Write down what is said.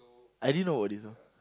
I didn't know about this know